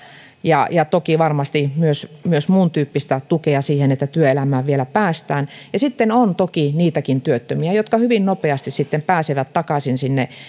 ja ja toki varmasti myös myös muuntyyppistä tukea siihen että työelämään vielä päästään sitten on toki niitäkin työttömiä jotka hyvin nopeasti pääsevät takaisin sinne